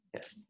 Yes